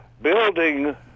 Building